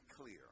clear